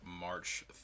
March